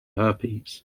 herpes